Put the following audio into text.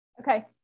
Okay